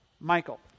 Michael